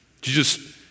Jesus